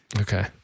Okay